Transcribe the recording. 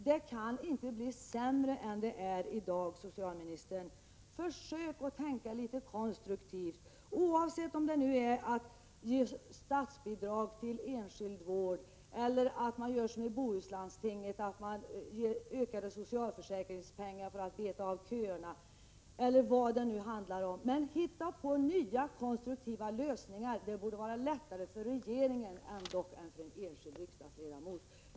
Det kan inte bli sämre än det är i dag, socialministern. Försök att tänka litet konstruktivt, oavsett om det gäller att ge statsbidrag till enskild vård eller att, som Bohuslandstinget begärt, ge mer socialförsäkringspengar för att beta av köerna. Hitta på nya, konstruktiva lösningar! Det borde vara lättare för regeringen än för en enskild riksdagsledamot.